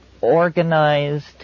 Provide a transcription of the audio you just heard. organized